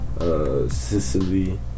sicily